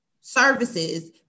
services